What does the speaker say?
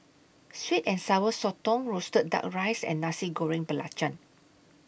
Sweet and Sour Sotong Roasted Duck Rice and Nasi Goreng Belacan